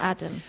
Adam